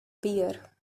bear